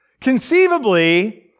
Conceivably